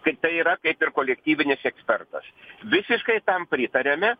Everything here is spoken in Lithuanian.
kad tai yra kaip ir kolektyvinis ekspertas visiškai tam pritariame